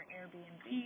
Airbnb